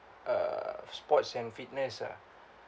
uh sports and fitness ah